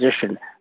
position